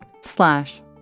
slash